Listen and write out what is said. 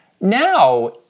now